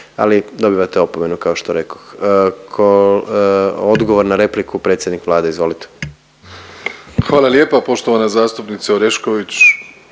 ali dobivate opomenu kao što rekoh. Odgovor na repliku predsjednik Vlade. Izvolite. **Plenković, Andrej (HDZ)** Hvala lijepa. Poštovana zastupnice Orešković.